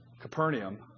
Capernaum